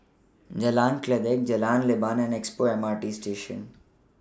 Jalan Kledek Jalan Leban and Expo M R T Station